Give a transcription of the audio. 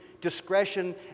Discretion